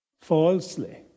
falsely